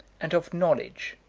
and of knowledge,